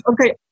okay